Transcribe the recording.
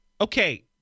Okay